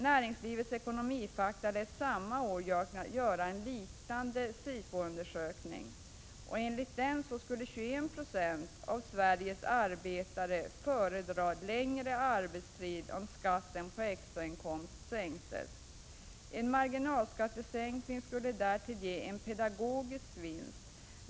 Näringslivets ekonomifakta lät samma år göra en liknande SIFO-undersökning, och enligt den skulle 21 26 av Sveriges arbetare föredra längre arbetstid om skatten på extrainkomster sänktes. En marginalskattesänkning skulle därtill ge en pedagogisk vinst.